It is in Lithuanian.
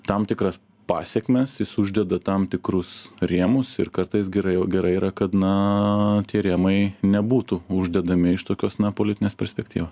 tam tikras pasekmes jis uždeda tam tikrus rėmus ir kartais gerai gerai yra kad na tie rėmai nebūtų uždedami iš tokios na politinės perspektyvos